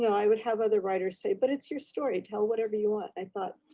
you know i would have other writers say, but it's your story. tell whatever you want. i thought